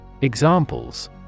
Examples